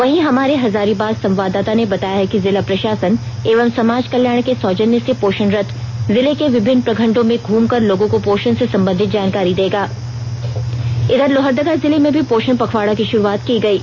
वहीं हमारे हजारीबाग संवाददाता ने बताया है कि जिला प्रशासन एवं समाज कल्याण के सौजन्य से पोषण रथ जिले के विभिन्न प्रखण्डों में घूमकर लोगों को पोषण से संबंधित जानकारी देगी इघर लोहरदगा जिले में भी पोषण पखवाड़ा की शुरूआत की गयी